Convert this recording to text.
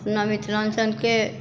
अपना मिथिलाञ्चलके